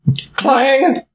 Clang